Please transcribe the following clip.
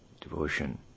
devotion